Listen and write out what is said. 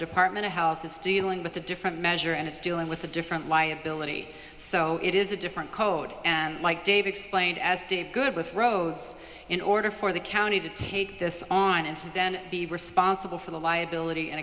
department of health is dealing with a different measure and it's dealing with a different liability so it is a different code and like dave explained as good with roads in order for the county to take this on and then be responsible for the liability and